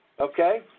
Okay